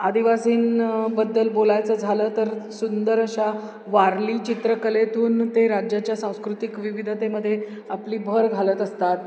आदिवासींबद्दल बोलायचं झालं तर सुंदर अशा वारली चित्रकलेतून ते राज्याच्या सांस्कृतिक विविधतेमध्ये आपली भर घालत असतात